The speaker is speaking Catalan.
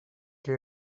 que